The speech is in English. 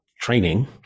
training